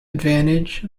advantage